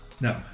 No